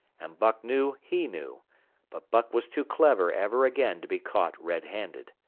and buck knew he knew but buck was too clever ever again to be caught red-handed.